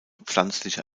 pflanzliche